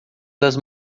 das